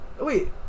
Wait